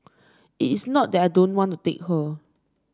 it's not that I don't want to take her